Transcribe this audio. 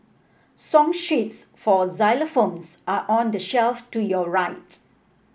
song sheets for xylophones are on the shelf to your right